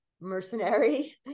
mercenary